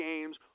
games